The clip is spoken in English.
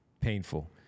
Painful